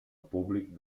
públic